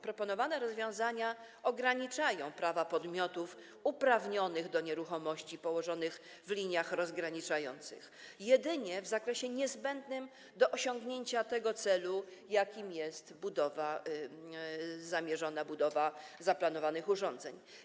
Proponowane rozwiązania ograniczają prawa podmiotów uprawnionych do nieruchomości położonych w liniach rozgraniczających jedynie w zakresie niezbędnym do osiągnięcia tego celu, jakim jest budowa, zamierzona budowa zaplanowanych urządzeń.